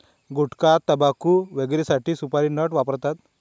गुटखाटाबकू वगैरेसाठी सुपारी नट वापरतात